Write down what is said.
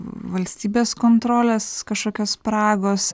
valstybės kontrolės kažkokios spragos